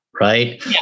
right